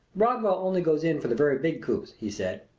rodwell only goes in for the very big coups, he said.